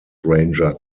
ranger